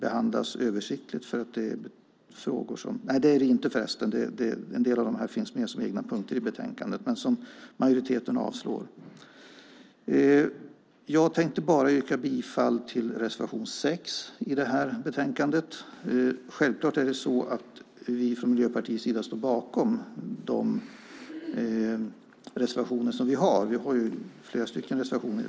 En del av dem finns med som egna punkter i betänkandet, men majoriteten avslår dem. Jag yrkar bifall bara till reservation 6 i betänkandet. Självfallet står vi från Miljöpartiets sida bakom de reservationer som vi har; vi har ju flera stycken i betänkandet.